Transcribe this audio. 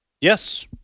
Yes